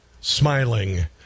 smiling